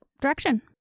direction